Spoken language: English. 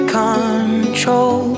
control